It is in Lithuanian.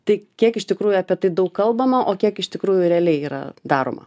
tai kiek iš tikrųjų apie tai daug kalbama o kiek iš tikrųjų realiai yra daroma